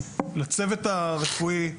לצוות הרפואי,